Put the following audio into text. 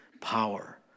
power